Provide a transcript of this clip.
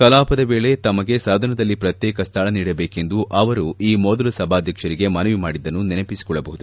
ಕಲಾಪದ ವೇಳೆ ತಮಗೆ ಸದನದಲ್ಲಿ ಪ್ರತ್ಯೇಕ ಸ್ವಳ ನೀಡಬೇಕೆಂದು ಅವರು ಈ ಮೊದಲು ಸಭಾಧ್ವಕ್ಷರಿಗೆ ಮನವಿ ಮಾಡಿದ್ದನ್ನು ನೆನಪಿಸಿಕೊಳ್ಳಬಹುದು